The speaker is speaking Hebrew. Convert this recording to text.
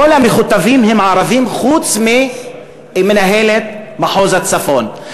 כל המכותבים הם ערבים, חוץ ממנהלת מחוז הצפון.